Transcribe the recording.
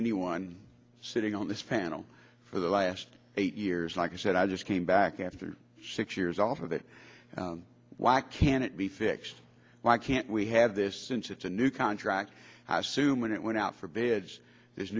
anyone sitting on this panel for the last eight years like i said i just came back after six years off of it why can't it be fixed why can't we have this since it's a new contract i assume and it went out for beds there's